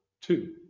two